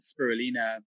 spirulina